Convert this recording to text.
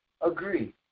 agree